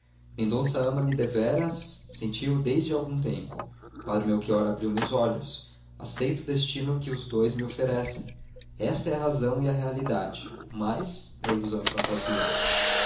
agora mendonça ama-me deveras senti-o desde algum tempo o padre melchior abriu me os olhos aceito o destino que os dois me oferecem esta é a razão e a realidade o mais é ilusão e fantasia